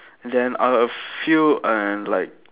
then after a few and like